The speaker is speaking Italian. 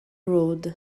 road